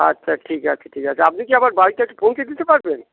আচ্ছা ঠিক আছে ঠিক আছে আপনি কি আবার বাড়িতে এসে কি পৌঁছে দিতে পারবেন